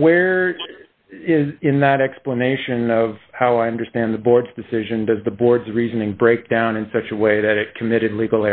where in that explanation of how i understand the board's decision does the board's reasoning break down in such a way that it committed legal